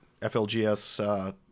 FLGS